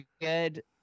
good